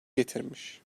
getirmiş